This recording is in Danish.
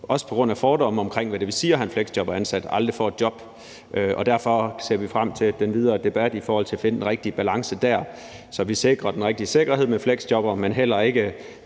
også på grund af fordomme om, hvad det vil sige at have en fleksjobber ansat, aldrig får et job. Derfor ser vi frem til den videre debat i forhold til at finde den rigtige balance dér, så vi sikrer den rigtige sikkerhed for fleksjobbere, men heller ikke